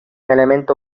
elemento